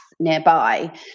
nearby